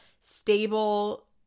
stable